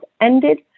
ended